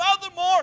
furthermore